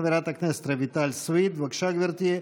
חברת הכנסת רויטל סויד, בבקשה, גברתי.